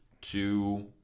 two